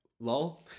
lol